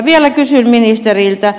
vielä kysyn ministeriltä